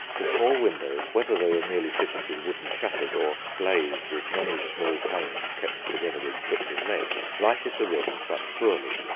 the small windows, whether they were merely fitted with wooden shutters or glazed with many small panes kept together with strips of lead, lighted the rooms but poorly.